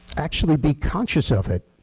actually be conscious of it.